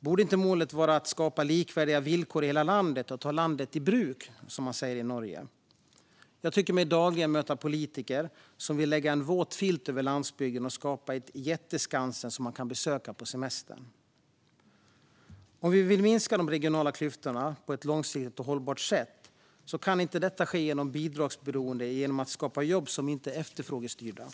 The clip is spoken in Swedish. Borde inte målet vara att skapa likvärdiga villkor i hela landet och ta landet i bruk, som man säger i Norge? Jag tycker mig dagligen möta politiker som vill lägga en våt filt över landsbygden och skapa ett Jätteskansen som man kan besöka på semestern. En minskning av de regionala klyftorna på ett långsiktigt hållbart sätt kan inte ske genom bidragsberoende eller genom att vi skapar jobb som inte är efterfrågestyrda.